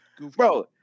Bro